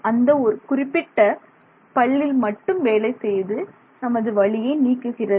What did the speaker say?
அந்த குறிப்பிட்ட ஒரு பல்லில் மட்டும் வேலை செய்து நமது வலியை நீக்குகிறது